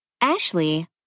ashley